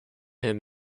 him